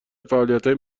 فعالیتهای